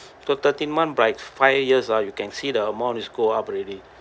so thirteen month by five years ah you can see the amount is go up already